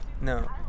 No